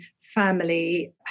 family